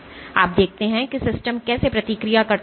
और आप देखते हैं कि सिस्टम कैसे प्रतिक्रिया करता है